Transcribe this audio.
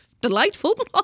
delightful